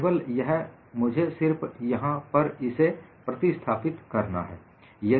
केवल यह मुझे सिर्फ यहां पर इसे प्रतिस्थापित करना है